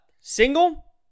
single